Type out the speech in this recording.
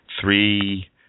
three